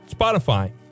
Spotify